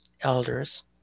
elders